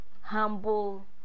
humble